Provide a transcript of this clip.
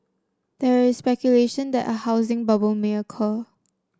there is speculation that a housing bubble may occur